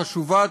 חשובה,